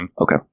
Okay